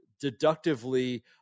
deductively